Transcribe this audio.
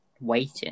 waiting